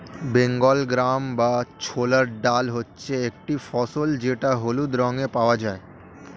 Bengal gram বা ছোলার ডাল হচ্ছে একটি ফসল যেটা হলুদ রঙে পাওয়া যায়